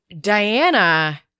Diana